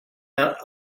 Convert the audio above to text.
out